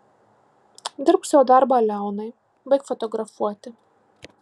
dirbk savo darbą leonai baik fotografuoti